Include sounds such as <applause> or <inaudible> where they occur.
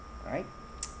all right <noise>